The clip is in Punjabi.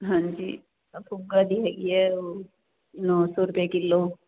ਹਾਂਜੀ ਪੋਗਾ ਦੀ ਹੈਗੀ ਹੈ ਨੌ ਸੌ ਰੁਪਏ ਕਿਲੋ